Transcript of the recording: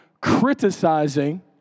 criticizing